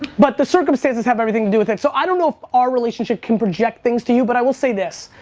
but the circumstances have everything to do with it so, i don't know if our relationship can project things to you but i will say this,